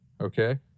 okay